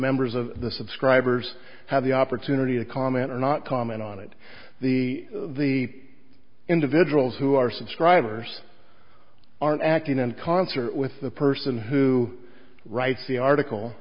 members of the subscribers have the opportunity to comment or not comment on it the the individuals who are subscribers aren't acting in concert with the person who writes the article